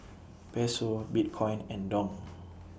Peso Bitcoin and Dong